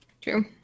True